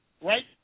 right